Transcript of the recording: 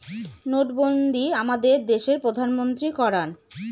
নোটবন্ধী আমাদের দেশের প্রধানমন্ত্রী করান